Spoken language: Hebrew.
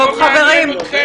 זה דיון של כל חברי הכנסת,